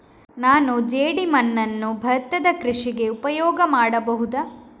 ನಾನು ಜೇಡಿಮಣ್ಣನ್ನು ಭತ್ತದ ಕೃಷಿಗೆ ಉಪಯೋಗ ಮಾಡಬಹುದಾ?